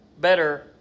better